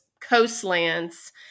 coastlands